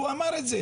הוא אמר את זה